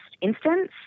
instance